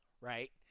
right